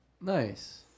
Nice